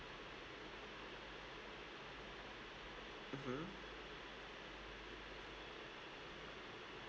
mmhmm